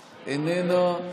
איננה,